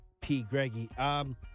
pgreggy